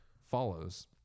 follows